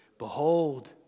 Behold